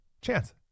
chance